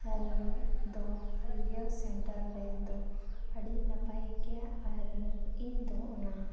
ᱟᱨ ᱫᱚ radio centre ᱨᱮᱫᱚ ᱟᱹᱰᱤ ᱱᱟᱯᱟᱭ ᱜᱮᱭᱟ ᱟᱨ ᱤᱧᱫᱚ ᱚᱱᱟ